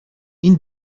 این